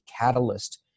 catalyst